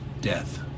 death